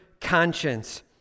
conscience